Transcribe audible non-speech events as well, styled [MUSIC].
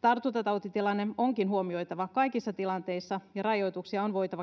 tartuntatautitilanne onkin huomioitava kaikissa tilanteissa ja rajoituksia on voitava [UNINTELLIGIBLE]